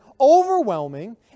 overwhelming